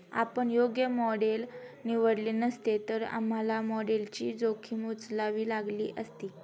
आपण योग्य मॉडेल निवडले नसते, तर आम्हाला मॉडेलची जोखीम उचलावी लागली असती